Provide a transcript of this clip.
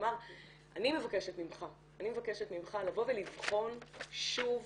אני מבקשת ממך לבוא ולבחון שוב,